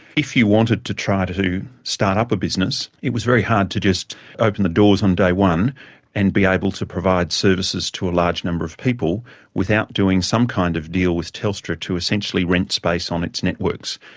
if you wanted to try to to start up a business, it was very hard to just open the doors on day one and be able to provide services to a large number of people without doing some kind of deal with telstra to essentially rent space on its networks.